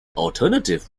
alternative